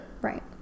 Right